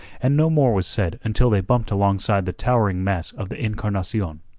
and no more was said until they bumped alongside the towering mass of the encarnadon.